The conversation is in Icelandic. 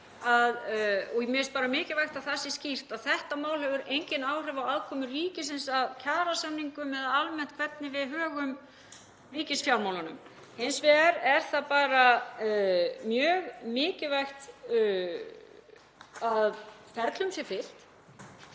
að mér finnst mikilvægt að það sé skýrt að þetta mál hefur engin áhrif á aðkomu ríkisins að kjarasamningum eða almennt hvernig við högum ríkisfjármálunum. Hins vegar er það mjög mikilvægt að ferlum sé fylgt.